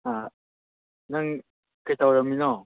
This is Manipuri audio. ꯑꯥ ꯅꯪ ꯀꯔꯤ ꯇꯧꯔꯝꯃꯤꯅꯣ